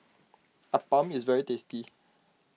Appam is very tasty